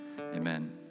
amen